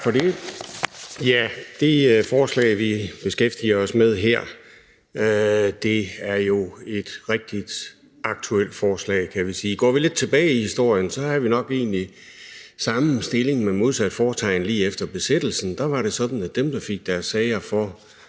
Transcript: Tak for det. Det forslag, vi beskæftiger os med her, er jo et rigtig aktuelt forslag, kan vi sige. Går vi lidt tilbage i historien, havde vi egentlig nok samme stilling, men med modsat fortegn, for lige efter besættelsen var det sådan, at de forbrydere, der fik deres sager for